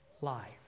life